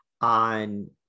on